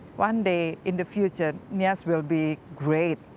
one day in the future, mias will be great.